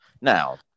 Now